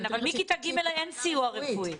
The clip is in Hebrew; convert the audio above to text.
כן, אבל מכיתה ג' אין סיוע רפואי.